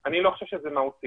אני לא חושב שזה מהותי.